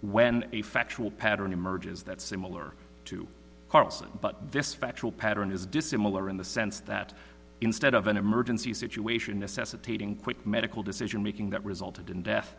when a factual pattern emerges that similar to carlson but this factual pattern is dissimilar in the sense that instead of an emergency situation necessitating quick medical decision making that resulted in death